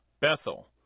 Bethel